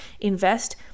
Invest